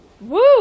Woo